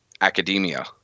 academia